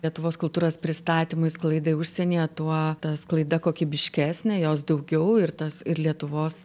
lietuvos kultūros pristatymui sklaidai užsienyje tuo sklaida kokybiškesnė jos daugiau ir tas ir lietuvos